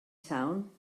town